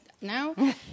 now